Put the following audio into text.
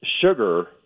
sugar